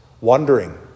wondering